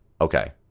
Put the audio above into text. Okay